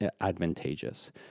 advantageous